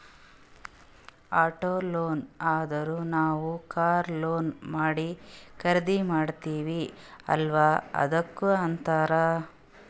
auto loan ಅಂದುರ್ ನಾವ್ car loan ಮಾಡಿ ಖರ್ದಿ ಮಾಡ್ತಿವಿ ಅಲ್ಲಾ ಅದ್ದುಕ್ ಅಂತ್ತಾರ್